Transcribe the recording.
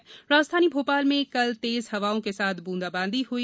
इधर राजधानी भोपाल में कल तेज हवाओं के साथ बूंदाबांदी हुई